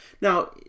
Now